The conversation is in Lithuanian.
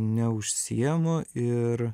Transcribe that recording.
neužsiėmu ir